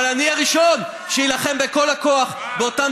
אבל אני הראשון שיילחם בכל הכוח באותן